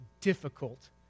difficult